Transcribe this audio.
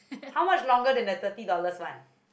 how much longer than the thirty dollars one